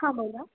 हां बोला